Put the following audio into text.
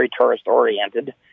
tourist-oriented